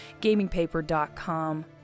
gamingpaper.com